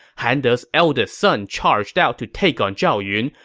han de's eldest son charged out to take on zhao yun,